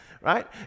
Right